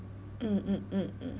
mm mm mm mm